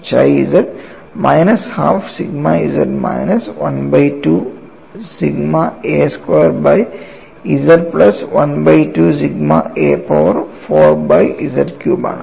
chi z minus half sigma z minus 1 by 2 sigma a square by z plus 1 by 2 sigma a power 4 by z cube ആണ്